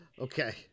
Okay